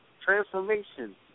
transformation